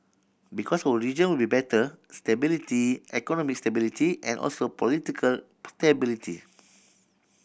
because our region will better stability economic stability and also political stability